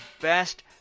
best